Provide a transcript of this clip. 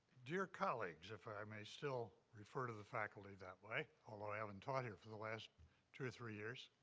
dear colleagues, if i may still refer to the faculty that way, although i haven't taught here for the last two or three years.